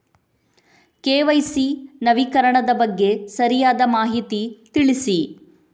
KYC ನವೀಕರಣದ ಬಗ್ಗೆ ಸರಿಯಾದ ಮಾಹಿತಿ ತಿಳಿಸಿ?